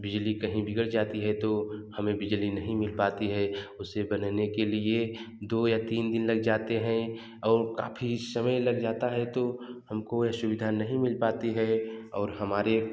बिजली कहीं बिगड़ जाती है तो हमें बिजली नही मिल पाती है उसी को लेने के लिए दो या तीन दिन लग जाते है और काफ़ी समय लग जाता है तो हमको सुविधा नहीं मिल पाती है और हमारे